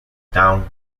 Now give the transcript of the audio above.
town